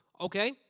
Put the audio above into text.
Okay